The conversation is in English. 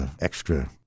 extra